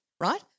right